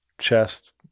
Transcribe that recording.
chest